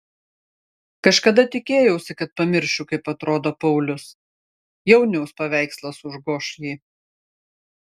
kažkada tikėjausi kad pamiršiu kaip atrodo paulius jauniaus paveikslas užgoš jį